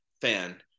fan